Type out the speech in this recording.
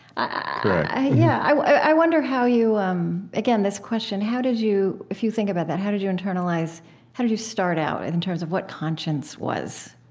ah i yeah i wonder how you um again, this question, how did you if you think about that, how did you internalize how did you start out in terms of what conscience was?